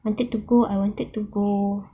wanted to go I wanted to go